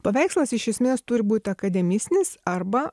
paveikslas iš esmės turi būt akademistinis arba